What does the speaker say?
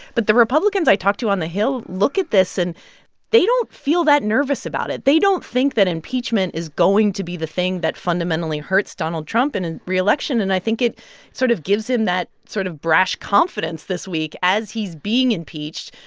but the republicans i talked to on the hill look at this and they don't feel that nervous about it. they don't think that impeachment is going to be the thing that fundamentally hurts donald trump in a and and reelection. and i think it sort of gives him that sort of brash confidence this week, as he's being impeached,